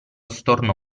stornò